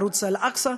ערוץ אל-אקצא.